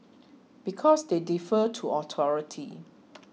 because they defer to authority